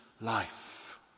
life